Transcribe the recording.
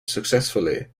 successfully